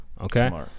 Okay